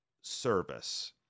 service